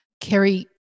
Kerry